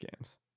games